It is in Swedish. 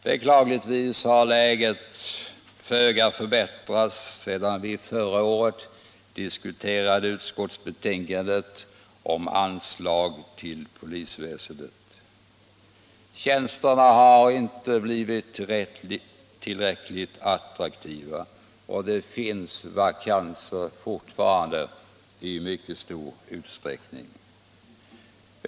Beklagligtvis har läget föga förbättrats sedan vi förra året diskuterade utskottsbetänkandet om anslag till polisväsendet. Tjänsterna har inte blivit tillräckligt attraktiva. Det finns fortfarande vakanser i mycket stor utsträckning.